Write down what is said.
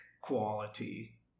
quality